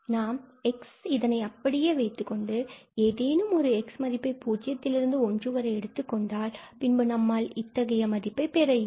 நாம் x இதனை அப்படியே வைத்துக்கொண்டு பின்பு ஏதேனும் ஒரு x மதிப்பை பூஜ்ஜியத்தில் இருந்து 1 வரை எடுத்துக் கொண்டால் பின்பு நம்மால் இத்தகைய மதிப்பை பெற இயலும்